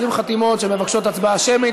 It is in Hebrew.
אני רוצה שתסתכלו על תושבי השכונות,